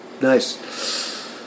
Nice